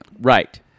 Right